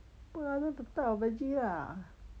put other type of veggie ah